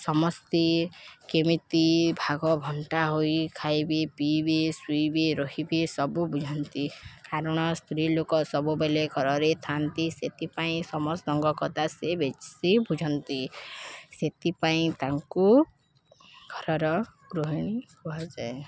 ସମସ୍ତେ କେମିତି ଭାଗ ବଣ୍ଟା ହୋଇ ଖାଇବେ ପିଇବେ ଶୁଇବେ ରହିବେ ସବୁ ବୁଝନ୍ତି କାରଣ ସ୍ତ୍ରୀ ଲୋକ ସବୁବେଲେ ଘରରେ ଥାଆନ୍ତି ସେଥିପାଇଁ ସମସ୍ତଙ୍କ କଥା ସେ ବେଶି ବୁଝନ୍ତି ସେଥିପାଇଁ ତାଙ୍କୁ ଘରର ଗୃହିଣୀ କୁହାଯାଏ